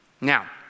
Now